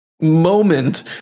moment